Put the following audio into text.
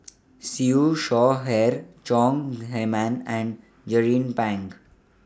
Siew Shaw Her Chong Heman and Jernnine Pang